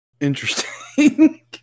Interesting